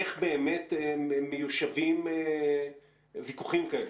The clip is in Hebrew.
איך באמת מיושבים ויכוחים כאלה?